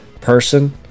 person